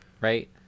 right